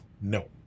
No